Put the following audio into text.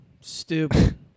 Stupid